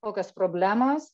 kokios problemos